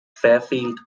fairfield